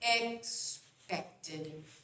expected